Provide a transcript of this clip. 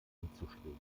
anzustreben